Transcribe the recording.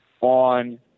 on